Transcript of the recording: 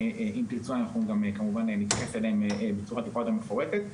ואם תרצו נוכל להתייחס אליהם בצורה יותר מפורטת.